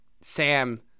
Sam